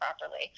properly